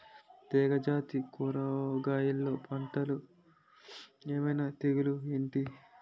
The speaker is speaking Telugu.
తీగ జాతి కూరగయల్లో పంటలు ఏమైన తెగులు ఏంటి?